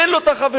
אין לו החברים,